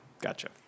Gotcha